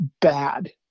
bad